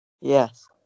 Yes